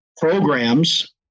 programs